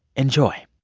enjoy